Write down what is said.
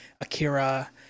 Akira